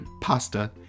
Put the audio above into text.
Pasta